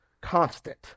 constant